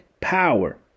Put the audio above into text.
power